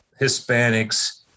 Hispanics